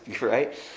right